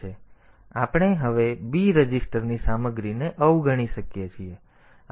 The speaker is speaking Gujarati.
તેથી આપણે હવે b રજિસ્ટરની સામગ્રીને અવગણી શકીએ છીએ